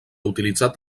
utilitzat